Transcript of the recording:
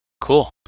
cool